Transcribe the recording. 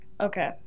Okay